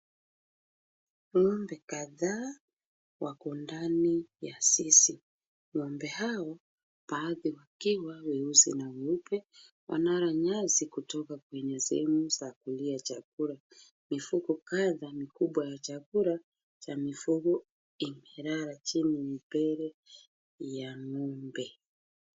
Ng'ombe kadhaa wako ndani ya zizi. Ng'ombe hao baadhi wakiwa weusi na weupe. Wanala nyasi kutoka kwenye sehemu za kulia chakula. Mifuko kadhaa mikubwa ya chakula cha mifugo imelala chini mbele ya ng'ombe.